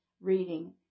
reading